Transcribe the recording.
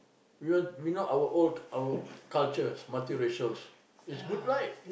we want you know our old our culture is multiracials it's good right